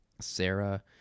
Sarah